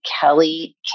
Kelly